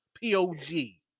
P-O-G